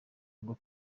ngo